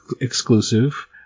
exclusive